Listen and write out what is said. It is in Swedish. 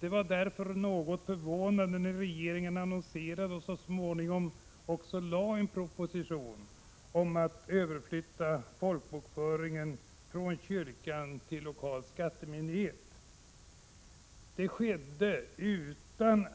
Det var därför mycket förvånande när regeringen annonserade och så småningom också lade fram en proposition om att överflytta folkbokföringen från kyrkan till lokal skattemyndighet. Det skedde utan